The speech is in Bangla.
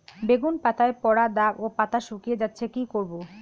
বেগুন পাতায় পড়া দাগ ও পাতা শুকিয়ে যাচ্ছে কি করব?